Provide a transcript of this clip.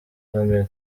family